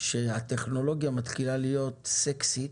שהטכנולוגיה מתחילה להיות סקסית